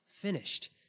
finished